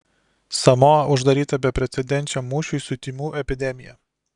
samoa uždaryta beprecedenčiam mūšiui su tymų epidemija